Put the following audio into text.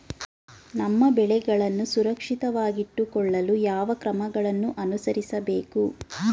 ನಮ್ಮ ಬೆಳೆಗಳನ್ನು ಸುರಕ್ಷಿತವಾಗಿಟ್ಟು ಕೊಳ್ಳಲು ಯಾವ ಕ್ರಮಗಳನ್ನು ಅನುಸರಿಸಬೇಕು?